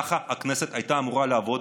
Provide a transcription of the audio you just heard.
ככה הכנסת הייתה אמורה לעבוד.